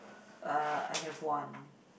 uh I have one